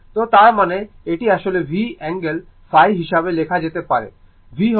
তো তার মানে এটি আসলে V অ্যাঙ্গেল ϕ হিসাবে লেখা যেতে পারে